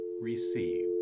receive